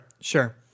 Sure